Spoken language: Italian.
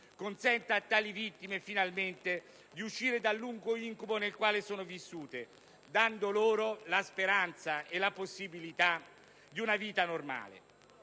consenta a tali vittime finalmente di uscire dal lungo incubo nel quale sono vissute, dando loro la speranza e la possibilità di una vita normale.